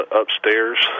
upstairs